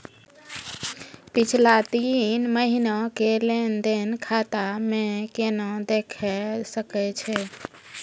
पिछला तीन महिना के लेंन देंन खाता मे केना देखे सकय छियै?